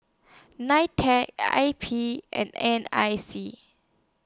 NITEC I P and N I C